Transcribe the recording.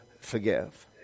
forgive